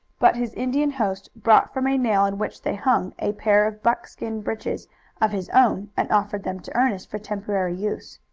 but his indian host brought from a nail on which they hung a pair of buckskin breeches of his own and offered them to ernest for temporary use.